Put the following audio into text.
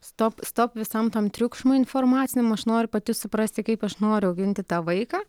stop stop visam tam triukšmui informaciniam aš noriu pati suprasti kaip aš noriu auginti tą vaiką